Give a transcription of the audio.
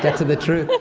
get to the truth.